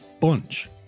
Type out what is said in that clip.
Bunch